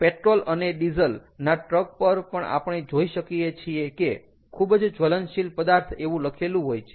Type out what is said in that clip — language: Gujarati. પેટ્રોલ અને ડીઝલ ના ટ્રક પર પણ આપણે જોઈ શકીએ છીએ કે ખૂબ જ જ્વલનશીલ પદાર્થ એવું લખેલું હોય છે